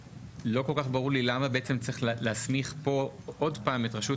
לא כל כך ברור לי למה צריך להסמיך פה עוד פעם את רשות